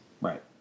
Right